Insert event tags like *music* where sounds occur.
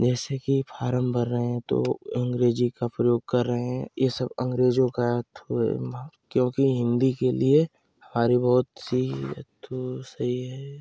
जैसे कि फारम भर रहे हैं तो अंग्रेजी का प्रयोग कर रहे हैं ये सब अंग्रेजों का *unintelligible* क्योंकि हिन्दी के लिए हमारी बहुत सी ये तो सही है